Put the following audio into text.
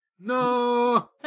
No